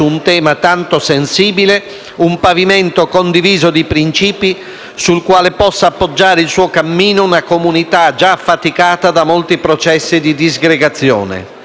Il Senato si appresta ad introdurre nel nostro ordinamento qualcosa di più che una semplice dichiarazione delle preferenze di trattamento in relazione ad uno stato di incoscienza.